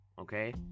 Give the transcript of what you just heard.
okay